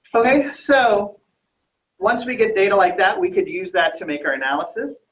okay, so once we get data like that we could use that to make our analysis.